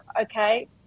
okay